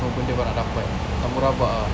semua benda kau nak dapat takmo rabak ah